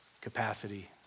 capacity